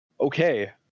okay